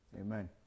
Amen